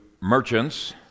merchants